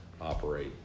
operate